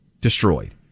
destroyed